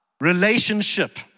relationship